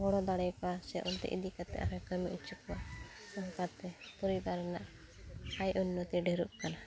ᱜᱚᱲᱚ ᱫᱟᱲᱮᱣ ᱠᱚᱣᱟ ᱥᱮ ᱚᱱᱛᱮ ᱤᱫᱤᱠᱟᱛᱮᱫ ᱟᱨᱦᱚᱸᱭ ᱠᱟᱹᱢᱤ ᱚᱪᱚ ᱠᱚᱣᱟ ᱚᱱᱠᱟᱛᱮ ᱯᱚᱨᱤᱵᱟᱨ ᱨᱮᱱᱟᱜ ᱟᱭᱮᱨ ᱩᱱᱱᱚᱛᱤ ᱰᱷᱮᱨᱚᱜ ᱠᱟᱱᱟ